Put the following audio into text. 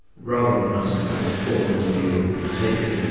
rather than us conduct a formal interview and tape it,